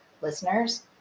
listeners